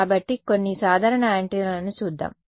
కాబట్టి కొన్ని సాధారణ యాంటెన్నాలను చూద్దాం